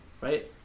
right